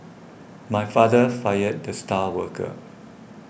my father fired the star worker